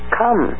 come